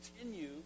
continue